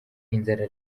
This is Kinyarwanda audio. inzara